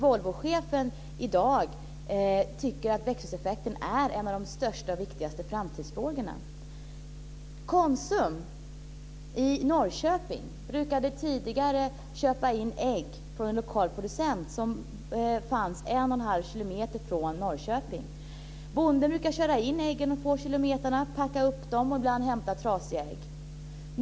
Volvochefen tycker i dag att växthuseffekten är en av de största och viktigaste framtidsfrågorna. Konsum i Norrköping brukade tidigare köpa in ägg från en lokal producent som fanns en och en halv kilometer från Norrköping. Bonden brukade köra in äggen dessa få kilometrar, packa upp dem och ibland hämta trasiga ägg.